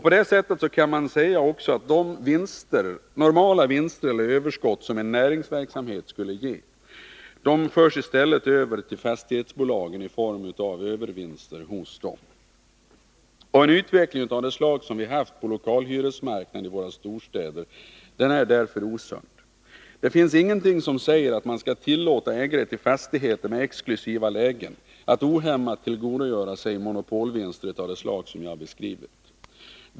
På det sättet överförs de vinster eller överskott som en näringsverksamhet normalt skulle ge i stället till fastighetsbolagen i form av övervinster. En utveckling av det slag som vi har haft på lokalhyresmarknaden i våra storstäder är därför osund. Det finns ingenting som säger att man bör tillåta ägare till fastigheter med exklusiva lägen att ohämmat tillgodogöra sig monopolvinster av det slag som jag här har beskrivit.